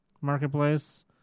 marketplace